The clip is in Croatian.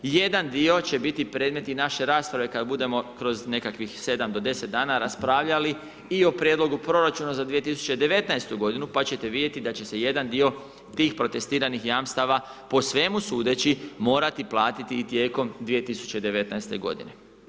Jedan dio će biti i predmet naše rasprave kada budemo kroz nekih 7 do 10 dana raspravljali i o Prijedlogu proračuna za 2019. godinu, pa ćete vidjeti da će se jedan dio tih protestiranih jamstava, po svemu sudeći, morati platiti i tijekom 2019. godine.